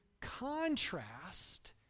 contrast